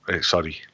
sorry